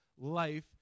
life